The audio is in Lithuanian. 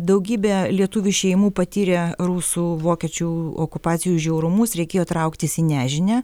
daugybė lietuvių šeimų patyrė rusų vokiečių okupacijų žiaurumus reikėjo trauktis į nežinią